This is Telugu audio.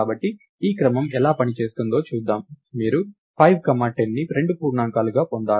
కాబట్టి ఈ క్రమం ఎలా పని చేస్తుందో చూద్దాం మీరు 5 కామా 10ని రెండు పూర్ణాంకాలుగా పొందారు